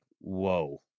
whoa